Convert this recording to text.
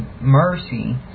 mercy